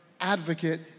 advocate